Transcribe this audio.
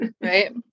Right